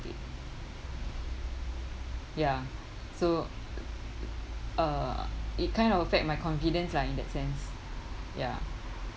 it ya so uh it kind of affect my confidence lah in that sense ya